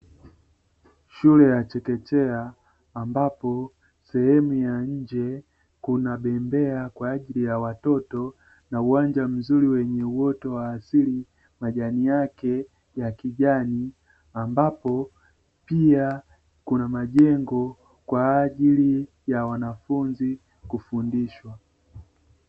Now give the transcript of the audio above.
Shule ya chekechea ambapo sehemu ya nje kuna bembea kwa ajili ya watoto na uwanja mzuri wenye uoto wa asili, majani yake ya kijani ambapo pia kuna majengo kwa ajili ya wanafunzi kufundishwa.